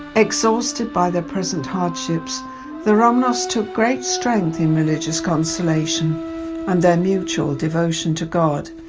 exhausted by their present hardships the romanovs took great strength in religious consolation and their mutual devotion to god.